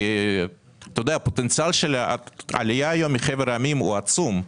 כי הפוטנציאל של העלייה היום מחבר העמים הוא עצום,